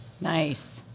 nice